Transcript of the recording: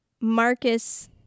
Marcus